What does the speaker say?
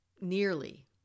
nearly